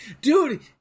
Dude